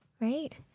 right